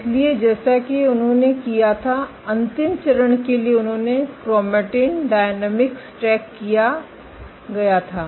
इसलिए जैसा कि उन्होंने किया था अंतिम चरण के लिए उन्होने क्रोमैटिन डायनामिक्स ट्रैक किया गया था